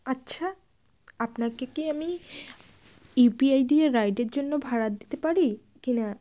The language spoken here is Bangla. আচ্ছা আপনাকে কি আমি ইউপিআই দিয়ে রাইডের জন্য ভাড়া দিতে পারি কি না